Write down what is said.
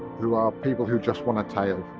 who are people who just want a tail.